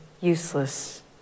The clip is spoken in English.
useless